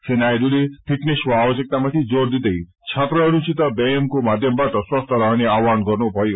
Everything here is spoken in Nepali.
श्री नायडूले फिटनेसको आवश्यकक्तमाथि जोर दिंदै छात्रहरूसित व्यायामको माध्यमबाट स्वस्थ्य रहने आवहावन गर्नुभयो